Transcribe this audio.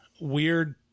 weird